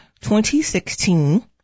2016